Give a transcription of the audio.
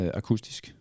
akustisk